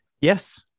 Yes